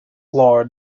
law